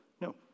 No